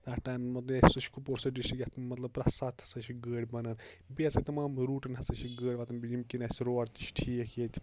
اَتھ ٹایمہِ بیٚیہِ ہَسا چھُ کۅپوارا سُہ ڈِسٹٕرک یِتھ منٛز مَطلَب پرٛتھ ساتہٕ ہَسا چھِ گٲڑۍ بَنان بیٚیہِ ہَسا تَمام روٗٹَن ہَسا چھِ گٲڑۍ واتان ییٚمہِ کِنۍ اَسہِ سٔہ روڈ تہِ چھُ ٹھیک ییٚتہِ